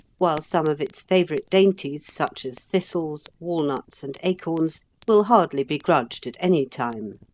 while some of its favourite dainties, such as thistles, walnuts, and acorns, will hardly be grudged at any time.